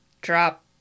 drop